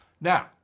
Now